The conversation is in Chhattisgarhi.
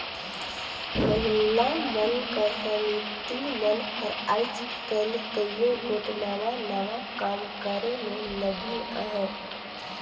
महिला मन कर समिति मन हर आएज काएल कइयो गोट नावा नावा काम करे में लगिन अहें